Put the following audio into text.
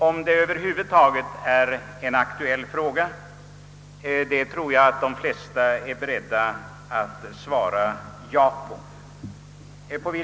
Jag tror att de flesta är beredda att svara ja på att detta över huvud taget är en aktuell fråga.